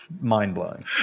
mind-blowing